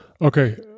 Okay